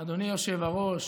עד שש דקות